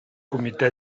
comitè